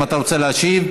אם אתה רוצה להשיב,